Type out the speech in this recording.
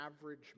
average